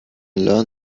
learn